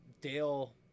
Dale